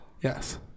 Yes